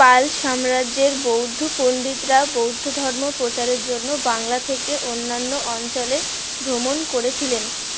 পাল সাম্রাজ্যের বৌদ্ধ পণ্ডিতরা বৌদ্ধ ধর্ম প্রচারের জন্য বাংলা থেকে অন্যান্য অঞ্চলে ভ্রমণ করেছিলেন